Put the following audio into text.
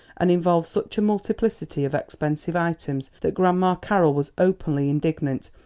and involved such a multiplicity of expensive items that grandma carroll was openly indignant,